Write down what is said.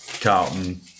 Carlton